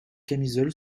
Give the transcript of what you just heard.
camisole